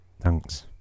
Thanks